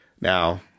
Now